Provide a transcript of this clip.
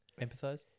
Empathize